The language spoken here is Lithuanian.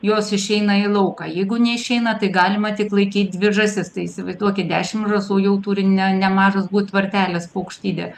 jos išeina į lauką jeigu neišeina tai galima tik laikyt dvi žąsis tai įsivaizduokit dešimt žąsų jau turi ne nemažas būt tvartelis paukštidė